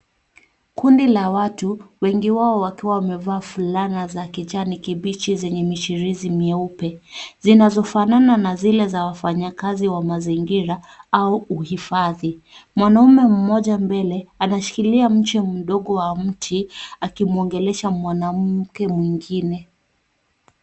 Kundi la watu wengi wao wakiwa wamevaa mavazi ya kijani kibichi zenye mchirizi myeupe zinazofanana na zile za wafanyakazi wa mazingira au uhifadhi. Mwanaume mmoja mbele anashikilia mche mdogo wa mti akimwongelesha mwanamke mwingine.